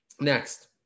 Next